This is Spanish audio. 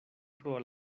probar